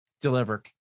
deliver